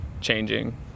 changing